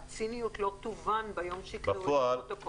הציניות לא תובן ביום שיקראו את הפרוטוקול.